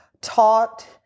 taught